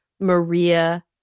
Maria